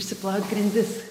išsiplaut grindis